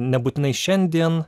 nebūtinai šiandien